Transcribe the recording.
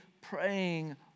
praying